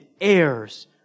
heirs